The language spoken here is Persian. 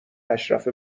اشرف